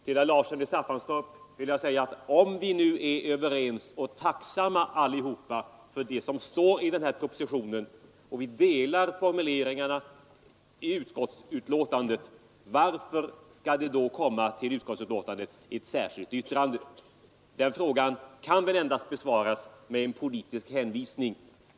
Till herr Larsson i Staffanstorp vill jag säga att om vi nu alla är överens om och tacksamma för det som står i den här propositionen och om vi delar formuleringarna i utskottsbetänkandet, varför skall det då till utskottsbetänkandet komma ett särskilt yttrande? Den frågan kan väl endast besvaras med en politisk hänvisning.